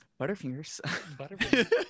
Butterfingers